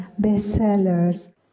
bestsellers